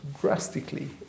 drastically